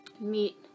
meat